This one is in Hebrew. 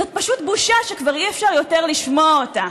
זאת פשוט בושה שכבר אי-אפשר יותר לשמוע אותה.